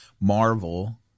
Marvel